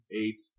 eight